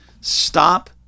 stop